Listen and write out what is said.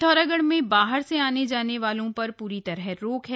पिथौरागढ़ में बाहर से आने जाने वालों पर प्री तरह रोक है